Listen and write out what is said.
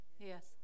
Yes